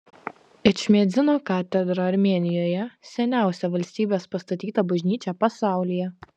ečmiadzino katedra armėnijoje seniausia valstybės pastatyta bažnyčia pasaulyje